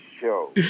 show